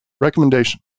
Recommendation